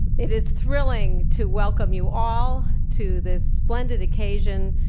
it is thrilling to welcome you all to this splendid occasion.